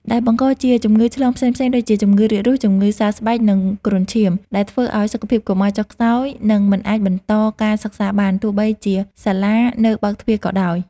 ដែលបង្កជាជំងឺឆ្លងផ្សេងៗដូចជា ជំងឺរាគរូស ជំងឺសើស្បែក និងគ្រុនឈាម ដែលធ្វើឱ្យសុខភាពកុមារចុះខ្សោយ និងមិនអាចបន្តការសិក្សាបាន ទោះបីជាសាលានៅបើកទ្វារក៏ដោយ។